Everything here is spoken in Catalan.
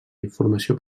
informació